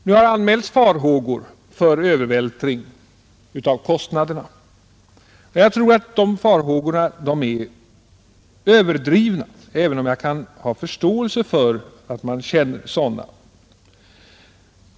Det har anmälts farhågor för övervältring av kostnaderna. Jag tror att de farhågorna är överdrivna, även om jag har förståelse för att man hyser sådana.